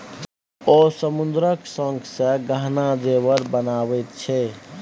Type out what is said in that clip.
ओ समुद्रक शंखसँ गहना जेवर बनाबैत छै